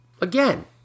again